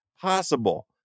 possible